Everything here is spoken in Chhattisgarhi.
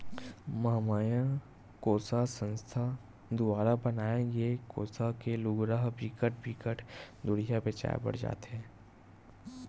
महमाया कोसा संस्था दुवारा बनाए गे कोसा के लुगरा ह बिकट बिकट दुरिहा बेचाय बर जाथे